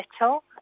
little